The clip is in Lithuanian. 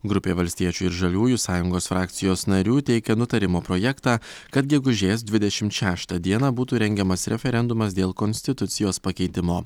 grupė valstiečių ir žaliųjų sąjungos frakcijos narių teikia nutarimo projektą kad gegužės dvidešimt šeštą dieną būtų rengiamas referendumas dėl konstitucijos pakeitimo